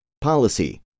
Policy